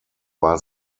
war